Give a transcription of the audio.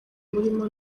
murimo